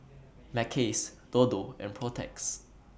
Mackays Dodo and Protex